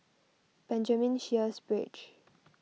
Benjamin Sheares Bridge